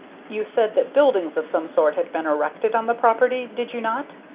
you said that buildings of some sort had been erected on the property, did you not?